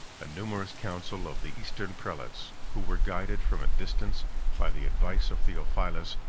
a numerous council of the eastern prelates, who were guided from a distance by the advice of theophilus,